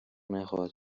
نخواهد